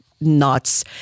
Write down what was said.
nuts